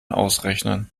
ausrechnen